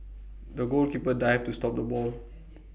the goalkeeper dived to stop the ball